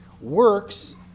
Works